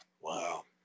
Wow